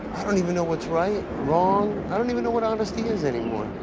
i don't even know what's right, wrong. i don't even know what honesty is anymore.